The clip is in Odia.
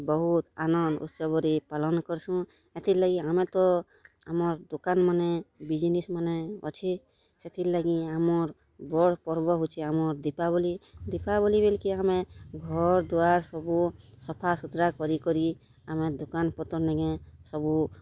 ବହୁତ୍ ଆନନ୍ଦ୍ ଉତ୍ସବରେ ପାଲନ୍ କର୍ସୁଁ ଏଥିର୍ଲାଗି ଆମେ ତ ଆମର୍ ଦୁକାନ୍ମାନେ ବିଜ୍ନେସ୍ମାନେ ଅଛେ ସେଥିର୍ଲାଗି ଆମର୍ ବଡ଼୍ ପର୍ବ ହଉଛେ ଆମର୍ ଦୀପାବଲି ଦୀପାବଲି ବେଲ୍କେ ଆମେ ଘର୍ ଦୁଆର୍ ସବୁ ସଫା ସୁତ୍ରା କରି କରି ଆମେ ଦୁକାନ୍ ପତର୍ ନାଇଁକେ ସବୁ